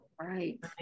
Right